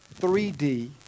3D